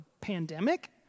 pandemic